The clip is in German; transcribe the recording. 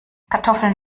kartoffeln